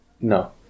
No